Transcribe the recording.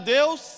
Deus